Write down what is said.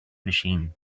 machine